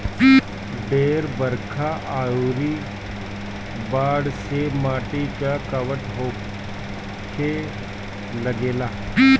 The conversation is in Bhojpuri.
ढेर बरखा अउरी बाढ़ से माटी के कटाव होखे लागेला